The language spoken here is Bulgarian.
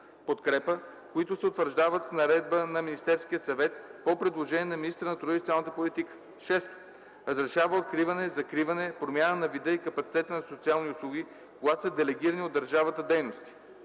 подкрепа, които се утвърждават с наредба на Министерския съвет по предложение на министъра на труда и социалната политика; 6. разрешава откриване, закриване, промяна на вида и капацитета на социални услуги, когато са делегирани от държавата дейности;